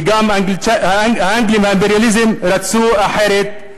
וגם האנגלים האימפריאליסטים רצו אחרת,